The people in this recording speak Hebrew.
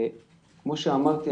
כמו שאמרתי,